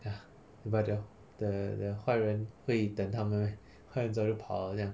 ya but the the the 坏人会等他们 meh 坏人早就跑了这样